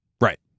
right